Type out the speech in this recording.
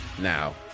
Now